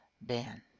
Ben